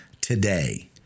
today